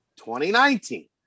2019